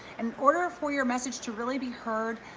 in order for your message to really be heard,